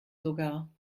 sogar